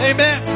Amen